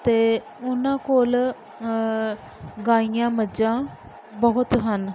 ਅਤੇ ਉਹਨਾਂ ਕੋਲ ਗਾਈਆਂ ਮੱਝਾਂ ਬਹੁਤ ਹਨ